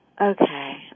Okay